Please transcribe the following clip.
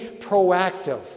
proactive